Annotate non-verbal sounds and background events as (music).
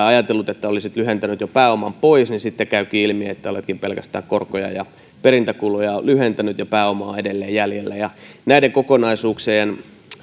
(unintelligible) ajatellut että olisit lyhentänyt jo pääoman pois niin sitten käykin ilmi että oletkin pelkästään korkoja ja perintäkuluja lyhentänyt ja pääomaa on edelleen jäljellä näiden kokonaisuuksien